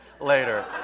later